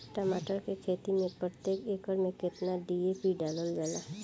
टमाटर के खेती मे प्रतेक एकड़ में केतना डी.ए.पी डालल जाला?